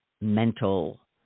mental